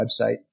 website